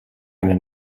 eine